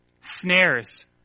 snares